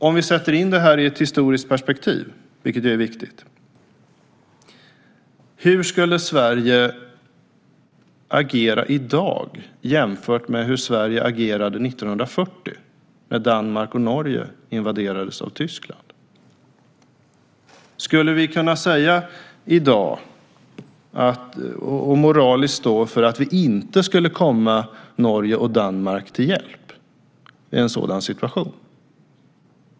Om vi sätter in detta i ett historiskt perspektiv, vilket är viktigt, blir frågan hur Sverige skulle agera i dag jämfört med hur Sverige agerade 1940 när Norge och Danmark invaderades av Tyskland. Skulle vi i dag kunna säga, och moraliskt stå för, att vi inte kan komma Norge och Danmark till hjälp i en sådan situation?